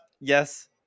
Yes